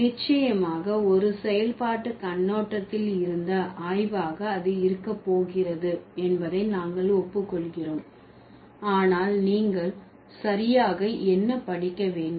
நிச்சயமாக ஒரு செயல்பாட்டு கண்ணோட்டத்தில் இருந்த ஆய்வாக அது இருக்க போகிறது என்பதை நாங்கள் ஒப்புக்கொள்கிறோம் ஆனால் நீங்கள் சரியாக என்ன படிக்க வேண்டும்